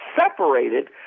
separated